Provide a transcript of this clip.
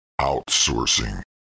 outsourcing